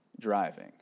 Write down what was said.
driving